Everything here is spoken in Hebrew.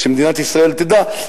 שמדינת ישראל תדע.